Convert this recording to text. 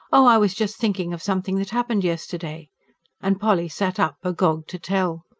oh, i was just thinking of something that happened yesterday and polly sat up, agog to tell.